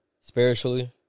spiritually